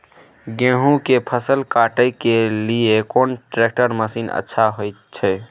गेहूं के फसल काटे के लिए कोन ट्रैक्टर मसीन अच्छा होय छै?